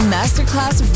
Masterclass